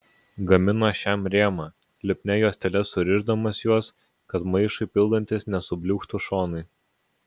gamino šiam rėmą lipnia juostele surišdamas juos kad maišui pildantis nesubliūkštų šonai